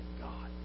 God